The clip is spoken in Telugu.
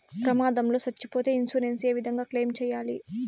ప్రమాదం లో సచ్చిపోతే ఇన్సూరెన్సు ఏ విధంగా క్లెయిమ్ సేయాలి?